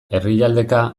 herrialdeka